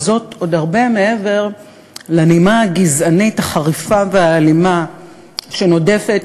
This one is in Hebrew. וזאת עוד הרבה מעבר לנימה הגזענית החריפה והאלימה שנודפת